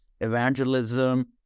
evangelism